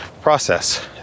process